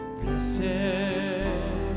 blessed